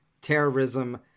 terrorism